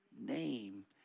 name